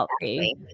healthy